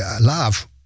love